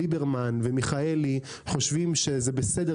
כי ליברמן ומיכאלי חושבים שזה בסדר